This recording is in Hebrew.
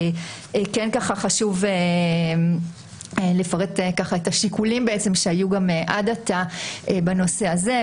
כן חשוב לפרט את השיקולים שהיו עד עתה בנושא הזה.